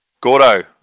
Gordo